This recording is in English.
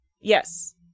Yes